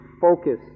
focus